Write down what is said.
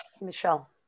Michelle